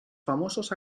famosos